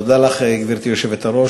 תודה לך, גברתי היושבת-ראש.